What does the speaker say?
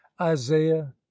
isaiah